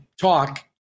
talk